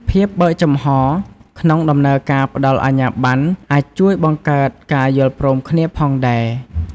ភាពបើកចំហក្នុងដំណើរការផ្តល់អាជ្ញាបណ្ណ អាចជួយបង្កើតការយល់ព្រមគ្នាផងដែរ។